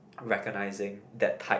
recognizing that type